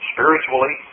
Spiritually